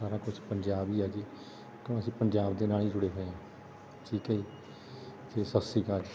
ਸਾਰਾ ਕੁਛ ਪੰਜਾਬ ਹੀ ਆ ਜੀ ਕਿਉਂ ਅਸੀਂ ਪੰਜਾਬ ਦੇ ਨਾਲ ਹੀ ਜੁੜੇ ਹੋਏ ਹਾਂ ਠੀਕ ਹੈ ਜੀ ਅਤੇ ਸਤਿ ਸ਼੍ਰੀ ਅਕਾਲ